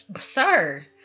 sir